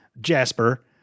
Jasper